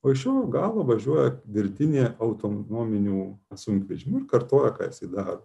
o iš jo galo važiuoja virtinė autonominių sunkvežimių ir kartoja ką jisai daro